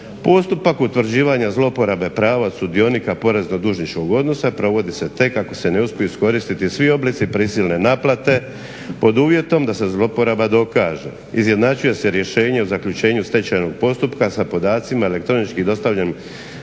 Postupak utvrđivanja zlouporabe prava sudionika porezno-dužničkog odnosa provodi se tek ako se ne uspiju iskoristiti svi oblici prisilne naplate pod uvjetom da se zlouporaba dokaže. Izjednačuje se rješenje o zaključenju stečajnog postupka sa podacima elektronički dostavljenim